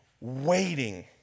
waiting